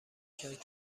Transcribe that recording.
کرد